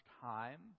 time